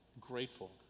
grateful